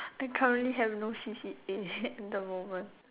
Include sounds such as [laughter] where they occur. I currently have no C_C_A [laughs] in the moment